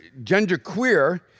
genderqueer